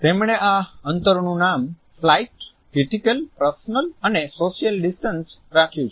તેમણે આ અંતરોનું નામ ફ્લાઈટ ક્રીટીકલ પર્સનલ અને સોસીઅલ ડીસટન્સ રાખ્યું છે